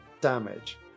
damage